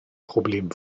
problem